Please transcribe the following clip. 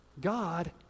God